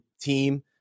team